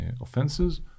offenses